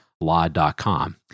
Law.com